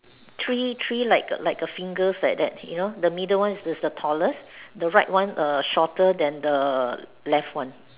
tree tree like a like a fingers like that you know the middle one is the tallest the right one err shorter than the left one